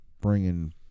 bringing